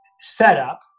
setup